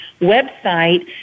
website